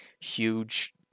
huge